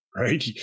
Right